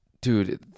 Dude